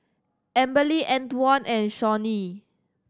Amberly Antwon and Shawnee